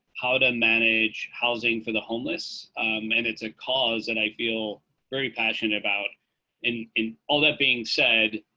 how to manage housing for the homeless and it's a cause, and i feel very passionate about in in all that being said,